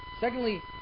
Secondly